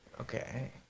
Okay